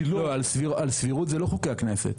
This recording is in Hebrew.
צלו --- לא, על סבירות זה לא חוקי הכנסת.